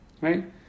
right